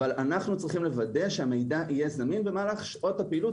אבל אנחנו צריכים לוודא שהמידע יהיה זמין במהלך שעות הפעילות,